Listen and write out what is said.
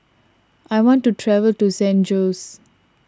I want to travel to San Jose